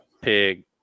Pig